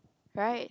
right